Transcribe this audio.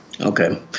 okay